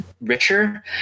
richer